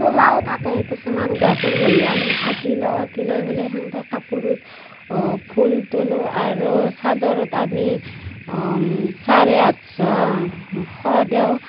তোলাও থাকে কিছুমান গ্ৰাফৰ বহী আমি আঁকি লওঁ আঁকি লৈ পেলাই তেনেকে কাপোৰত ফুল তোলোঁ আৰু চাদৰত আমি চাৰে আঠশ শ দিওঁ